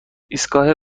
ایستگاه